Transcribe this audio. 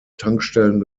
tankstellen